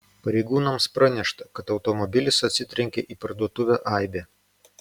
pareigūnams pranešta kad automobilis atsitrenkė į parduotuvę aibė